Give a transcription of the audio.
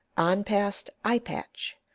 on past eye patch,